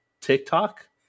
TikTok